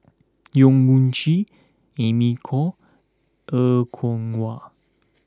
Yong Mun Chee Amy Khor Er Kwong Wah